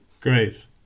great